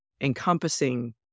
encompassing